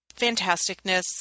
Fantasticness